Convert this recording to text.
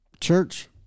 church